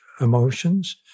emotions